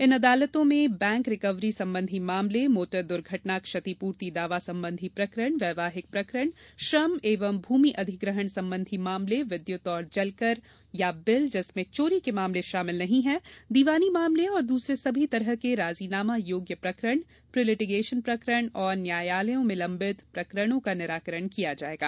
इन अदालत में bank recovery संबंधी मामले मोटर दुर्घटना क्षतिपूर्ति दावा संबंधी प्रकरण वैवाहिक प्रकरण श्रम एवं भ्रमि अधिग्रहण संबंधी मामले विद्युत एवं जलकरबिल जिसमें चोरी के मामले शामिल नहीं है दीवानी मामले और द्रसरे सभी तरह के राजीनामा योग्य प्रकरण प्रीलिटिगेशन प्रकरण एवं न्यायालयों में लंबित प्रकरणों का निराकरण किया जायेगा